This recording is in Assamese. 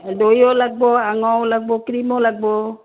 দৈ লাগব এৱাঁও লাগব ক্ৰীমো লাগব